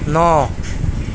نو